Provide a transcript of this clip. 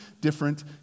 different